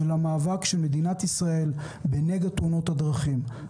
של המאבק של מדינת ישראל בנגע תאונות הדרכים.